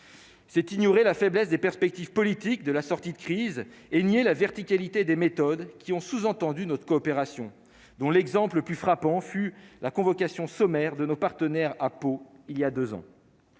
c'est ignorer la faiblesse des perspectives politiques de la sortie de crise et nier la verticalité des méthodes qui ont sous-entendu notre coopération dont l'exemple le plus frappant fut la convocation sommaire de nos partenaires à Pau il y a 2 ans.